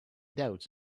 doubts